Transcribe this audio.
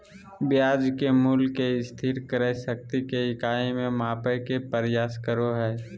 ब्याज के मूल्य के स्थिर क्रय शक्ति के इकाई में मापय के प्रयास करो हइ